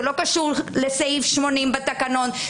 זה לא קשור לסעיף 80 בתקנון,